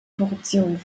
korruption